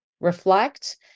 reflect